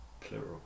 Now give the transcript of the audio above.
Plural